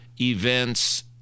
events